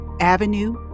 Avenue